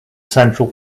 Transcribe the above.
central